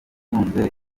utunze